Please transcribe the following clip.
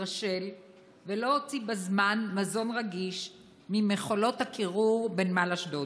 התרשל ולא הוציא בזמן מזון רגיש ממכולות הקירור בנמל אשדוד,